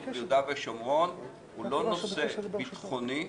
ביהודה ושומרון הוא לא נושא ביטחוני,